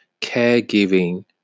caregiving